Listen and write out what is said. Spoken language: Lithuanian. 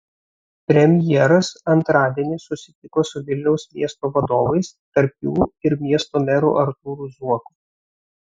premjeras antradienį susitiko su vilniaus miesto vadovais tarp jų ir miesto meru artūru zuoku